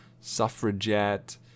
Suffragette